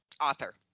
author